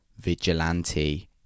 vigilante